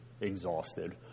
exhausted